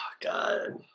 god